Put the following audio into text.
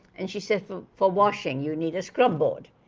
and she said, for for washing you need a scrub board,